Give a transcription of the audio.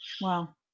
Wow